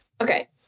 okay